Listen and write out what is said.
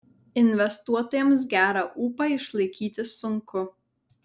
investuotojams gerą ūpą išlaikyti sunku